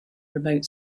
remote